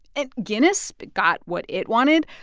and guinness but got what it wanted.